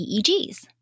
EEGs